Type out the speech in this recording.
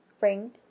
ring